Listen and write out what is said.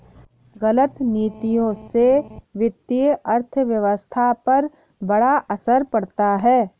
गलत नीतियों से वित्तीय अर्थव्यवस्था पर बड़ा असर पड़ता है